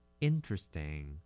interesting